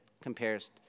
compares